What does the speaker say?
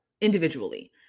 individually